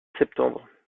septembre